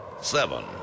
seven